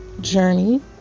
journey